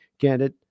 candidate